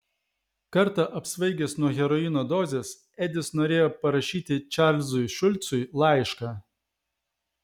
kartą apsvaigęs nuo heroino dozės edis norėjo parašyti čarlzui šulcui laišką